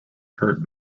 kurt